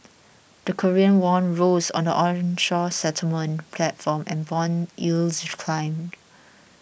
the Korean won rose on the onshore settlement platform and bond yields climbed